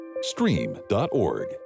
Stream.org